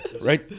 right